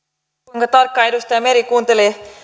kuinka tarkkaan edustaja meri kuunteli